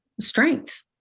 strength